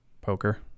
poker